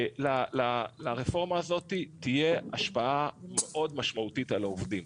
לרפורמה הזאת תהיה השפעה מאוד משמעותית על העובדים.